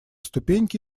ступеньке